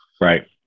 right